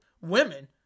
women